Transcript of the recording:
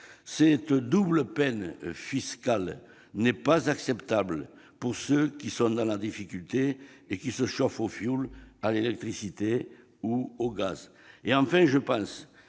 Cette double taxation n'est pas acceptable pour ceux qui sont dans la difficulté et qui se chauffent au fioul, à l'électricité ou au gaz. Enfin, je pense